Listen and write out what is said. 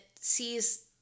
sees